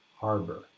harbor